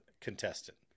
contestant